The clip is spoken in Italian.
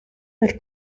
del